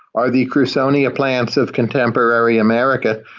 are the crusonia plants of contemporary america.